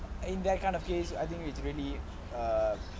and that kind of case I think it's really err